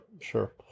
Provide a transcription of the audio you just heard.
sure